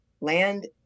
land